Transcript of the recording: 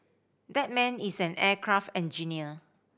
that man is an aircraft engineer